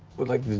what, like,